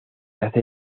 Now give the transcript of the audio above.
hace